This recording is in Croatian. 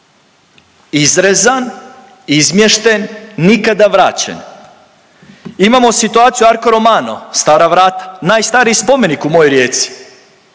Izrezan, izmješten, nikada vraćen. Imamo situaciju Arco romano Stara vrata najstariji spomenik u mojoj Rijeci,